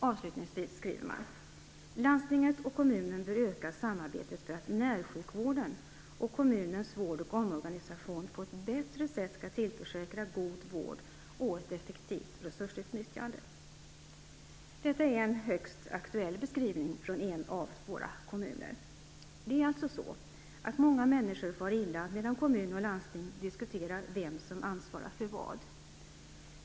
Avslutningsvis skriver man: "Landstinget och kommunen bör öka samarbetet för att närsjukvården och kommunens vård och omsorgsorganisation på ett bättre sätt skall tillförsäkra god vård och ett effektivt resursutnyttjande." Detta är en högst aktuell beskrivning från en av våra kommuner. Det är alltså så att många människor far illa medan kommun och landsting diskuterar vem som ansvarar för vad.